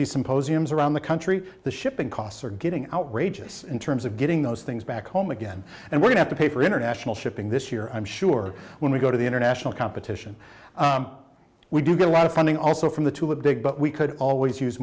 the symposiums around the country the shipping costs are getting outrageous in terms of getting those things back home again and we're going to pay for international shipping this year i'm sure when we go to the international competition we do get a lot of funding also from the to a big but we could always use